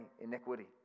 iniquity